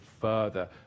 further